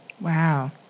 Wow